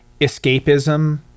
escapism